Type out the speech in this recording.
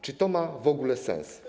Czy to ma w ogóle sens?